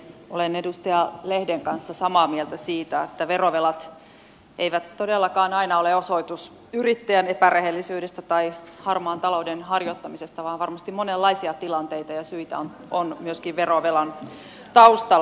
olen edustaja lehden kanssa samaa mieltä siitä että verovelat eivät todellakaan aina ole osoitus yrittäjän epärehellisyydestä tai harmaan talouden harjoittamisesta vaan varmasti monenlaisia tilanteita ja syitä on myöskin verovelan taustalla